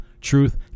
Truth